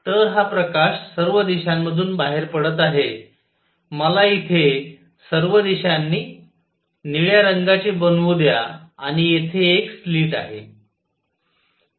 तर हा प्रकाश सर्व दिशांमधून बाहेर पडत आहे मला इथे सर्व दिशांनी निळ्या रंगाचे बनवू द्या आणि येथे एक स्लिट आहे